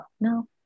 no